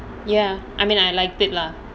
ya I mean I liked it lah